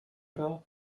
bell